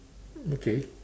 okay